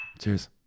Cheers